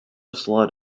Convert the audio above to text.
slot